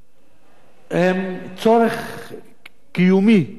צורך קיומי של האנושות,